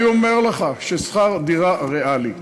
אני אומר לך ששכר דירה ריאלי,